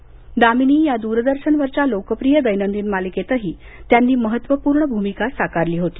दामिनी या द्रदर्शनवरच्या लोकप्रिय दैनंदिन मालिकेतही त्यांनी महत्त्वपूर्ण भूमिका साकारली होती